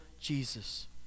Jesus